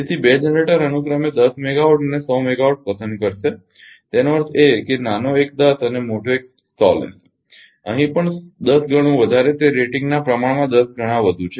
તેથી બે જનરેટર અનુક્રમે 10 મેગાવાટ અને 100 મેગાવાટ પસંદ કરશે તેનો અર્થ એ કે નાનો એક 10 અને મોટો એક 100 લેશે અહીં પણ 10 ગણું વધારે તે રેટિંગના પ્રમાણમાં 10 ગણા વધુ છે